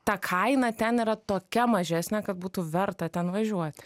ta kaina ten yra tokia mažesnė kad būtų verta ten važiuot